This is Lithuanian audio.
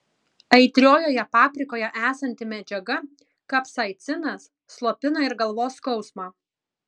aitriojoje paprikoje esanti medžiaga kapsaicinas slopina ir galvos skausmą